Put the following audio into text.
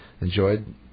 enjoyed